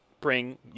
bring